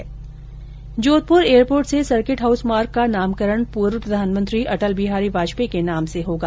Jodhpur airport से circuit house मार्ग का नामकरण पूर्व प्रधानमंत्री अटल बिहारी वाजपेयी के नाम से होगा